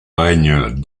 règne